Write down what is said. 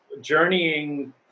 journeying